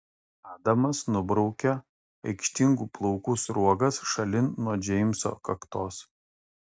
adamas nubraukia aikštingų plaukų sruogas šalin nuo džeimso kaktos